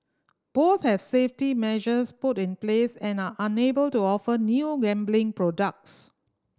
both have safety measures put in place and are unable to offer new gambling products